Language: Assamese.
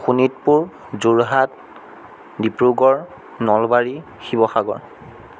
শোণিতপুৰ যোৰহাট ডিব্ৰুগড় নলবাৰী শিৱসাগৰ